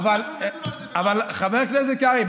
אבל חבר הכנסת קרעי,